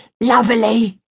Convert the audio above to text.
lovely